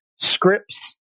Scripts